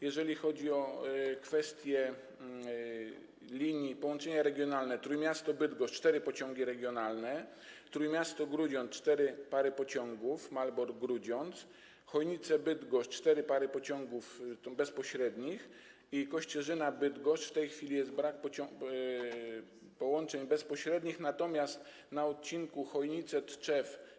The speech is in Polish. Jeżeli chodzi o kwestie linii, o połączenia regionalne, to: Trójmiasto - Bydgoszcz - cztery pociągi regionalne, Trójmiasto - Grudziądz - cztery pary pociągów, Malbork - Grudziądz, Chojnice - Bydgoszcz - cztery pary pociągów bezpośrednich, Kościerzyna - Bydgoszcz - w tej chwili brak połączeń bezpośrednich, natomiast na odcinku Chojnice - Tczew.